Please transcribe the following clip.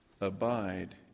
Abide